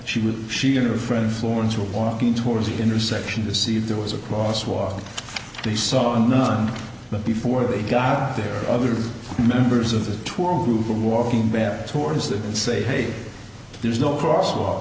was she and her friend florence were walking towards the intersection to see if there was a cross walk they saw none but before they got there other members of the tour group are walking back towards that and say hey there's no cross walk